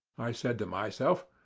i said to myself,